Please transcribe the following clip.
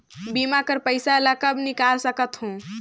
बीमा कर पइसा ला कब निकाल सकत हो?